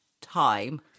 time